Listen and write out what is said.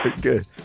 Good